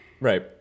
Right